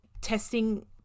Testing